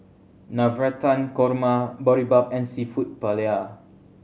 Navratan Korma Boribap and Seafood Paella